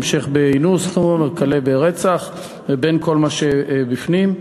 המשך באינוס וכלה ברצח וכל מה שבפנים.